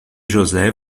josé